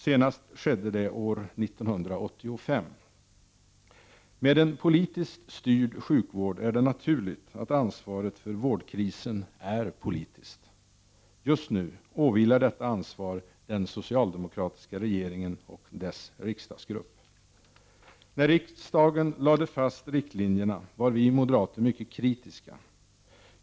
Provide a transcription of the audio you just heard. Senast skedde det år 1985. Med en politiskt styrd sjukvård är det naturligt att ansvaret för vårdkrisen är politiskt. Just nu åvilar detta ansvar den socialdemokratiska regeringen och dess riksdagsgrupp. När riksdagen lade fast riktlinjerna var vi moderater mycket kritiska.